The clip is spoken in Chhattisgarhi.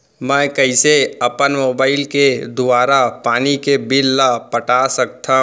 मैं कइसे अपन मोबाइल के दुवारा पानी के बिल ल पटा सकथव?